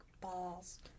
balls